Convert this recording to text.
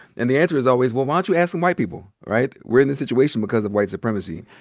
and the answer is always, well, why don't you ask some white people? right? we're in this situation because of white supremacy.